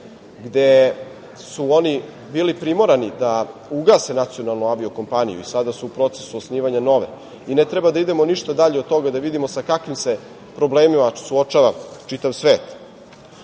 gde su oni bili primorani da ugase nacionalnu avio-kompaniju i sada su u procesu osnivanja nove. Ne treba da idemo ništa dalje od toga da vidimo sa kakvim se problemima suočava čitav svet. Na